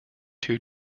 two